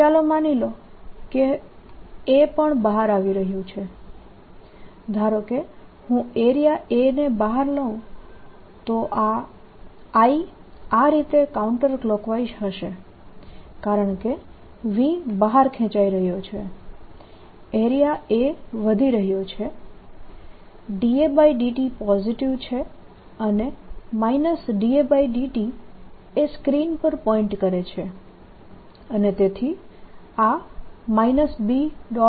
ચાલો માની લો કે હું A પણ બહાર આવી રહ્યું છું ધારો કે હું એરિયા A ને બહાર લઉં તો I આ રીતે કાઉન્ટર ક્લોકવાઈઝ હશે કારણકે v બહાર ખેંચાઈ રહ્યો છે એરિયા A વધી રહ્યો છે dAdt પોઝિટિવ છે અને dAdt એ સ્ક્રીન પર પોઇન્ટ કરે છે અને તેથી આ B